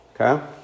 Okay